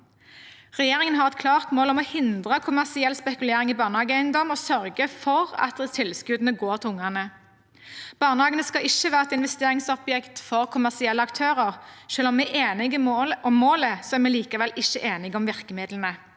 Regjeringen har et klart mål om å hindre kommersiell spekulering i barnehageeiendom og sørge for at tilskuddene går til ungene. Barnehagene skal ikke være et investeringsobjekt for kommersielle aktører. Selv om vi er enige om målet, er vi likevel ikke enige om virkemidlene.